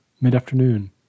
mid-afternoon